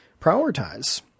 prioritize